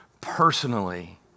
personally